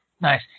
Nice